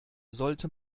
sollte